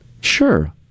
Sure